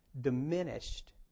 diminished